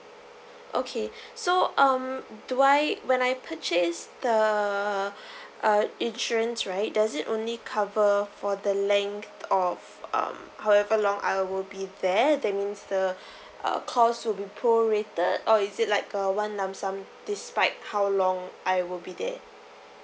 okay so um do I when I purchase the uh insurance right does it only cover for the length of um how ever long I will be there that means the uh calls would be prorated or is it like a one lump sum despite how long I will be there